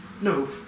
No